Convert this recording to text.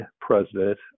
president